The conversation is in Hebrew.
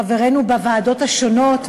וחברינו בוועדות השונות,